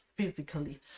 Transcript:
physically